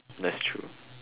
that's true